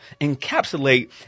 encapsulate